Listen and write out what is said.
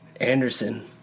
Anderson